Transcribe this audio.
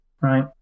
right